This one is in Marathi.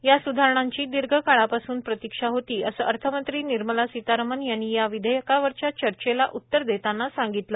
या स्धारणांची दीर्घ काळापासून प्रतीक्षा होती असं अर्थमंत्री निर्मला सीतारामन यांनी या विधेयकावरच्या चर्चेला उतर देताना सांगितलं